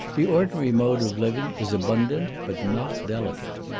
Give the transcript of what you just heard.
the ordinary mode of living is abundant, but not delicate.